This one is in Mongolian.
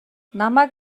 намайг